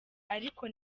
ariko